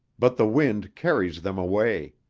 but the wind carries them away.